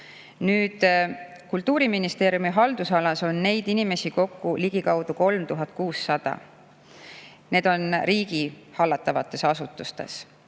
2023. Kultuuriministeeriumi haldusalas on neid inimesi kokku ligikaudu 3600. Need on riigi hallatavates asutustes